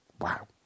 Wow